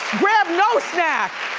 grab no snack,